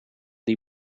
die